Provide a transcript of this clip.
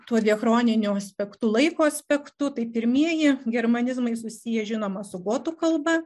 tuo diachroniniu aspektu laiko aspektu tai pirmieji germanizmai susiję žinoma su gotų kalba